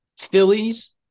Phillies